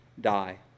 die